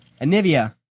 Anivia